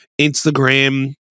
Instagram